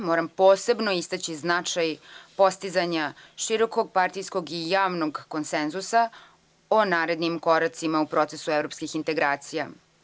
Moram posebno istaći značaj postizanja širokog partijskog i javnog konsenzusa o narednim koracima u procesu evropskih integracija.